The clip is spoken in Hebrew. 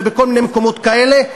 ובכל מיני מקומות כאלה,